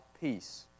peace